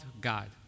God